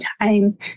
time